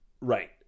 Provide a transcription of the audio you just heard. Right